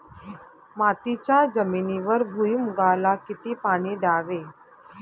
मातीच्या जमिनीवर भुईमूगाला किती पाणी द्यावे?